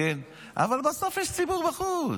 אבל בסוף יש ציבור בחוץ.